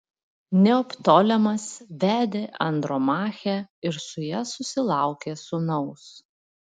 neoptolemas vedė andromachę ir su ja susilaukė sūnaus